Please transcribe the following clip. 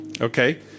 Okay